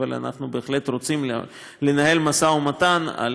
אבל אנחנו בהחלט רוצים לנהל משא ומתן על